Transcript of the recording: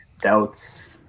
Doubts